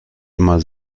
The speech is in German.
immer